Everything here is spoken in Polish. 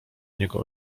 niego